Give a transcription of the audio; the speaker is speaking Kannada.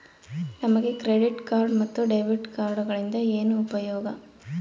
ನಮಗೆ ಕ್ರೆಡಿಟ್ ಕಾರ್ಡ್ ಮತ್ತು ಡೆಬಿಟ್ ಕಾರ್ಡುಗಳಿಂದ ಏನು ಉಪಯೋಗ?